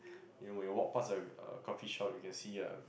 you when you walk passed a a coffee shop you can see a